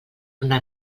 tornar